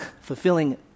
fulfilling